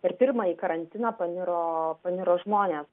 per pirmąjį karantiną paniro paniro žmonės